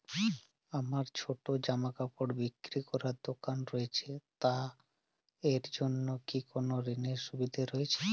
আমার ছোটো জামাকাপড় বিক্রি করার দোকান রয়েছে তা এর জন্য কি কোনো ঋণের সুবিধে রয়েছে?